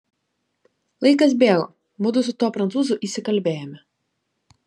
laikas bėgo mudu su tuo prancūzu įsikalbėjome